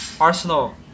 Arsenal